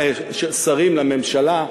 שרים לממשלה,